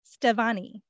Stevani